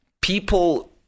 people